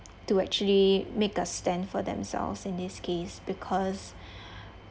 to actually make a stand for themselves in this case because